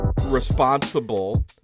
responsible